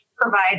provide